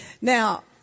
Now